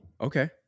Okay